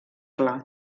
clar